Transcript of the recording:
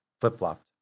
flip-flopped